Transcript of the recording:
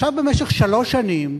עכשיו במשך שלוש שנים